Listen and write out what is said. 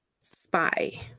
spy